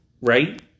right